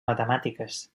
matemàtiques